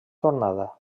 tornada